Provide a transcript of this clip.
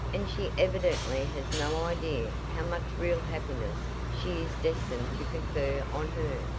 and she evidently has no idea how much real happiness she is destined to confer on her.